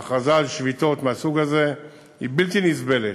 ההכרזה על שביתות מהסוג הזה היא בלתי נסבלת,